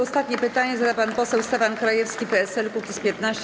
Ostatnie pytanie zada pan poseł Stefan Krajewski, PSL - Kukiz15.